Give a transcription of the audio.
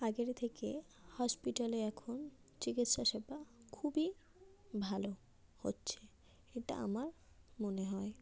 আগের থেকে হসপিটালে এখন চিকিৎসা সেবা খুবই ভালো হচ্ছে এটা আমার মনে হয়